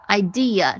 idea